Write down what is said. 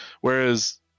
Whereas